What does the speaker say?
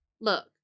look